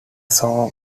song